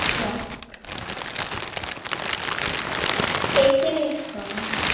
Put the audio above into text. hello facial இருக்கா ma'am